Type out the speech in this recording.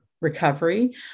recovery